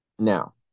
Now